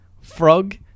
frog